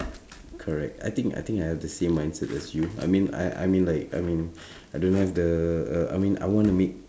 correct I think I think I have the same mindset as you I mean I I mean like I mean I don't have the I mean I wanna make